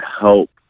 help